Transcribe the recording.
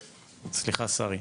שרי,